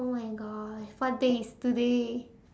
oh my god what day is today